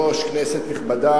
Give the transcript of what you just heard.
אני